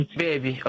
baby